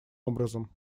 образом